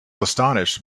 astonished